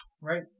Right